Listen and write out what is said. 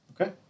okay